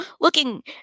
looking